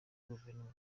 guverinoma